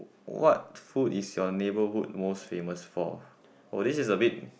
what food is your neighborhood most famous for oh this is a bit